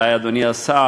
אולי, אדוני השר,